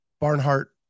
Barnhart